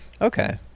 Okay